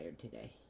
today